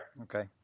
Okay